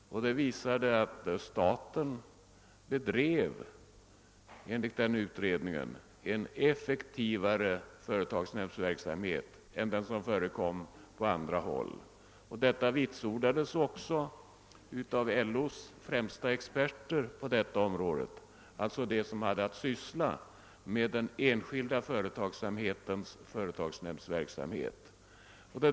Enligt den utredningen visade det sig att staten bedrev en mera aktiv företagsnämndsverksamhet än den som förekom på andra håll. Deita vitsordades också. av LO:s främsta experter på detta område, alltså av dem. som hade att syssla med den enskilda företagsamhetens företagsnämndsverksamhet.